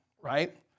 right